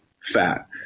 fat